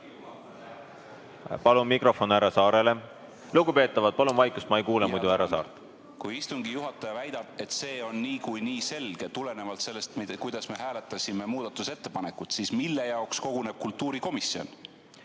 Palun mikrofon härra Saarele. Lugupeetavad, palun vaikust! Me ei kuule muidu härra Saart. Kui istungi juhataja väidab, et see on niikuinii selge tulenevalt sellest, kuidas me hääletasime muudatusettepanekut, siis mille jaoks koguneb kultuurikomisjon?